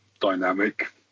dynamic